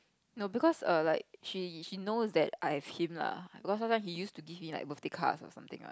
no because err like she she knows that I hint lah because sometimes he used to give me like birthday card or something